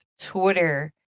Twitter